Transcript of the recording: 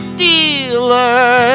dealer